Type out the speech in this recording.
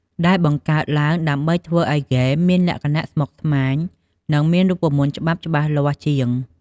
ដែលបង្កើតឡើងដើម្បីធ្វើឱ្យហ្គេមមានលក្ខណៈស្មុគស្មាញ និងមានរូបមន្តច្បាប់ច្បាស់លាស់ជាង។